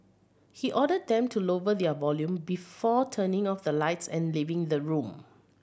he ordered them to lower their volume before turning off the lights and leaving the room